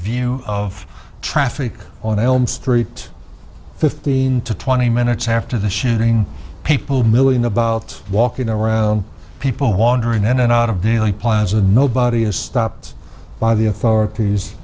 view of traffic on elm street fifteen to twenty minutes after the shooting people milling about walking around people wandering in and out of dealey plaza nobody is stopped by the authorities